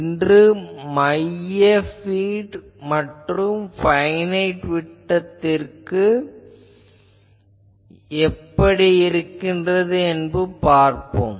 இன்று மைய பீட் மற்றும் பைனைட் விட்டத்திற்கு எப்படி உள்ளது என்று பார்ப்போம்